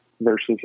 versus